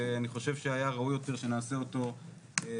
ואני חושב שהיה ראוי יותר שנעשה אותו כחוק